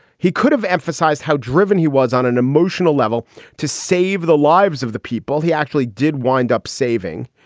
he could have emphasized how driven he was on an emotional level to save the lives of the people he actually did wind up saving.